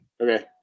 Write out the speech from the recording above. Okay